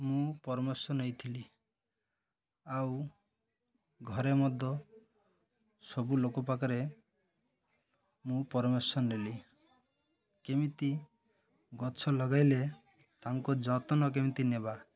ମୁଁ ପରାମର୍ଶ ନେଇଥିଲି ଆଉ ଘରେ ମଧ୍ୟ ସବୁ ଲୋକ ପାଖରେ ମୁଁ ପରାମର୍ଶ ନେଲି କେମିତି ଗଛ ଲଗାଇଲେ ତାଙ୍କ ଯତ୍ନ କେମିତି ନେବା